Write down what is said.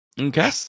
Okay